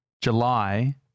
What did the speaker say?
July